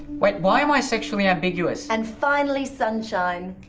wait, why am i sexually ambiguous? and finally sunshine!